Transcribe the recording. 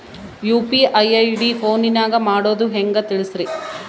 UPI ID ಫೋನಿನಾಗ ಮಾಡೋದು ಹೆಂಗ ತಿಳಿಸ್ರಿ?